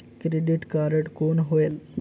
Credit card कौन होएल?